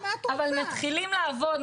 אבל מתחילים לעבוד,